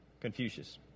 Confucius